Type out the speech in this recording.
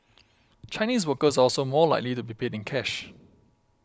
Chinese workers are also more likely to be paid in cash